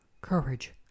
Courage